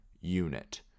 unit